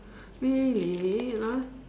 really !huh!